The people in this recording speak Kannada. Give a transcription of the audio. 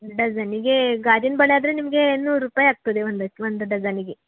ಡಝನಿಗೆ ಗಾಜಿನ ಬಳೆ ಆದರೆ ನಿಮಗೆ ನೂರು ರೂಪಾಯಿ ಆಗ್ತದೆ ಒಂದಕ್ಕೆ ಒಂದು ಡಝನಿಗೆ